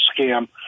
scam